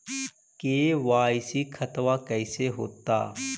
KYC खतबा कैसे होता?